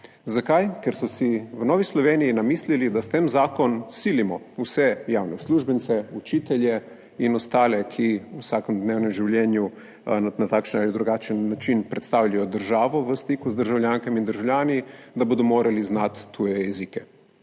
Zakaj? Ker so si v Novi Sloveniji namislili, da s tem zakonom silimo vse javne uslužbence, učitelje in ostale, ki v vsakodnevnem življenju na takšen ali drugačen način predstavljajo državo v stiku z državljankami in državljani, da bodo morali znati tuje jezike,